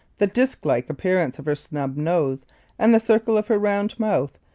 the disk-like appearance of her snub nose and the circle of her round mouth,